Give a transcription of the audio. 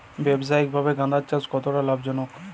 ব্যবসায়িকভাবে গাঁদার চাষ কতটা লাভজনক?